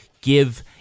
give